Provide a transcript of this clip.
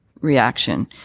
reaction